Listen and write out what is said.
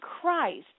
Christ